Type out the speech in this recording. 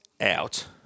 out